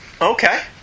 Okay